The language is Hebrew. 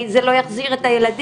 זה לא יחזיר את הילדים,